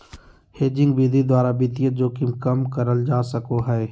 hedging विधि द्वारा वित्तीय जोखिम कम करल जा सको हय